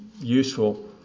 useful